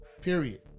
Period